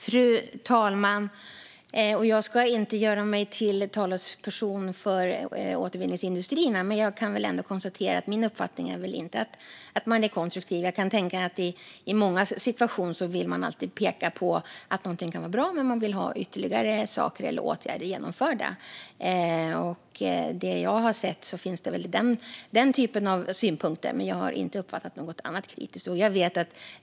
Fru talman! Jag ska inte göra mig till talesperson för återvinningsindustrierna, men min uppfattning är inte att man är konstruktiv. Jag kan tänka mig att man i många situationer vill peka på att någonting kan vara bra men vill ha ytterligare saker eller åtgärder genomförda. Vad jag har sett finns den typen av synpunkter. Men jag har inte uppfattat något annat kritiskt.